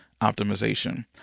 optimization